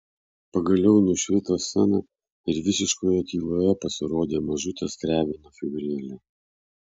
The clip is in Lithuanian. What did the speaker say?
pagaliau nušvito scena ir visiškoje tyloje pasirodė mažutė skriabino figūrėlė